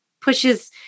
pushes